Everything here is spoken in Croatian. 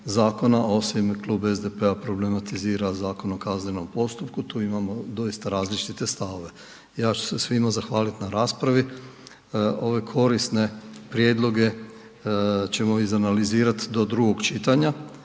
zakona, osim Klub SDP-a problematizira Zakon o kaznenom postupku, tu imamo doista različite stavove. Ja ću se svima zahvaliti na raspravi. Ove korisne prijedloge ćemo izanalizirati do drugog čitanja,